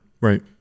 Right